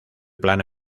plano